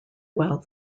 while